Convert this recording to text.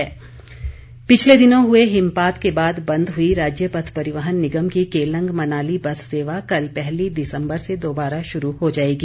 बस सेवा पिछले दिनों हुए हिमपात के बाद बंद हुई राज्य पथ परिवहन निगम की केलंग मनाली बस सेवा कल पहली दिसम्बर से दोबारा शुरू हो जाएगी